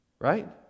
right